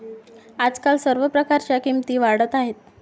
आजकाल सर्व प्रकारच्या किमती वाढत आहेत